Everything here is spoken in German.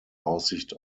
aussicht